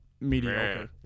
mediocre